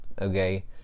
Okay